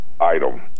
item